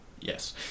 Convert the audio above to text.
Yes